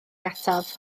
ataf